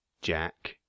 Jack